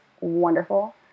wonderful